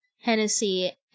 Hennessy